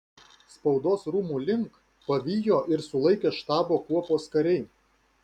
spaudos rūmų link pavijo ir sulaikė štabo kuopos kariai